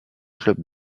clubs